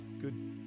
Good